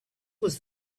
was